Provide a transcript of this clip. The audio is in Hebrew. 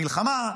המלחמה,